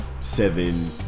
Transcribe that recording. seven